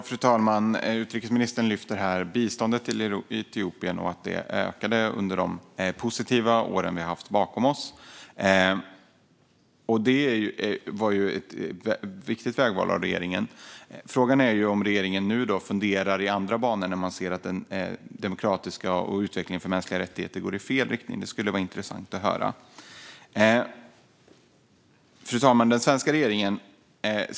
Fru talman! Utrikesministern lyfter här upp biståndet till Etiopien och att det ökade under de positiva åren som vi har haft bakom oss. Det var ett viktigt vägval av regeringen. Frågan är nu om regeringen funderar i andra banor när man ser att utvecklingen för demokrati och mänskliga rättigheter går i fel riktning. Det skulle vara intressant att höra om det. Fru talman!